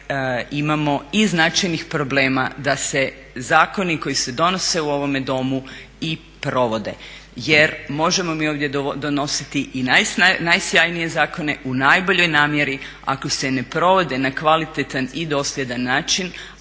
imamo i značajnih problema da se zakoni koji se donose u ovome Domu i provode. Jer možemo mi ovdje donositi i najsjajnije zakone u najboljoj namjeri ako se ne provode na kvalitetan i dosljedan način,